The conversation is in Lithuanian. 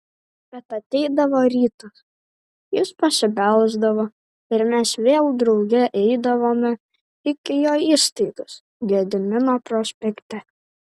bet ateidavo rytas jis pasibelsdavo ir mes vėl drauge eidavome iki jo įstaigos gedimino prospekte